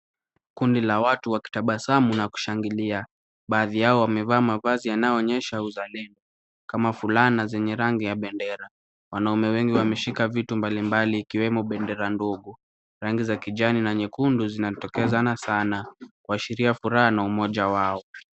Kundi la watu wakitabasamu na kushangilia. Baadhi yao wamevaa mavazi yanayoonyesha uzalendo kama fulana zenye rangi ya bendera. Wanaume wengi wameshika vitu mbalimbali ikiwemo bendera ndogo. Rangi za kijani na nyekundu zinatokezana sana kuashiria furaha na umoja wao.